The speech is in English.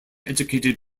educated